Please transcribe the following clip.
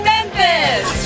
Memphis